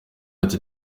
ati